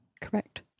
Correct